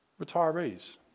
Retirees